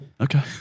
Okay